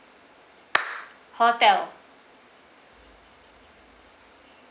hotel